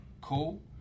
cool